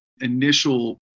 initial